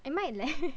I might leh